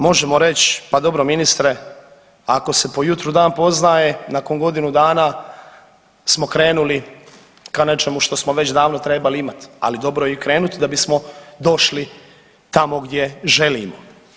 Možemo reć pa dobro ministre ako se po jutru dan poznaje nakon godinu dana smo krenuli ka nečemu što smo već davno trebali imat, ali dobro je i krenut da bismo došli tamo gdje želimo.